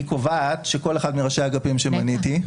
היא קובעת שכל אחד מראשי האגפים שמניתי,